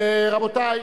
רבותי,